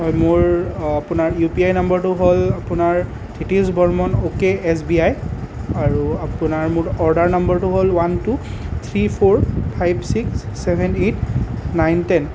হয় মোৰ আপোনাৰ ইউ পি আই নম্বৰটো হ'ল আপোনাৰ Hitesh Barman okay S B I আৰু আপোনাৰ মোৰ অৰ্ডাৰ নম্বৰটো হ'ল one two three four five six seven eight nine ten